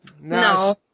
No